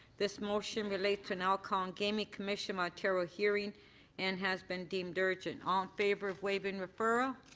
this motion relates to an alcohol gaming commission ontario hearing and has been deemed urgent. all in favor of waiving referral.